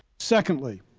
secondly,